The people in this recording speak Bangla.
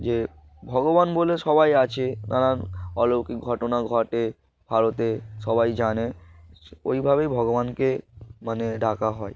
যে ভগবান বলে সবাই আছে নানান অলৌকিক ঘটনা ঘটে ভারতে সবাই জানে ওইভাবেই ভগবানকে মানে ডাকা হয়